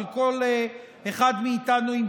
אבל כל אחד עם דעתו,